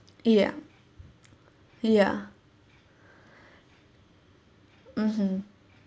ya ya mmhmm